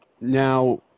Now